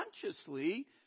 consciously